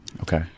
okay